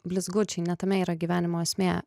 blizgučiai ne tame yra gyvenimo esmė